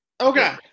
Okay